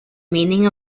meaning